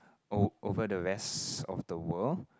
ove~ over the rest of the world